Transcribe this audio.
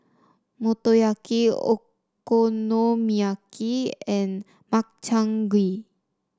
Motoyaki Okonomiyaki and Makchang Gui